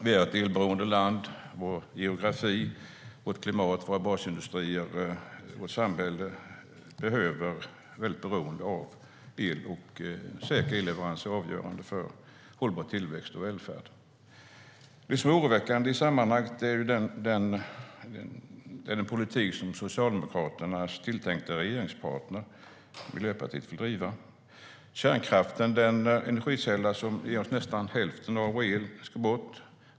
Vi är ett elberoende land. Vår geografi, vårt klimat, våra basindustrier, vårt samhälle är beroende av el, och säker elleverans är avgörande för hållbar tillväxt och välfärd. Det som är oroväckande i sammanhanget är den politik som Socialdemokraternas tilltänkta regeringspartner Miljöpartiet vill driva. Kärnkraften - den energikälla som ger oss nästan hälften av vår el - ska bort.